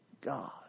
God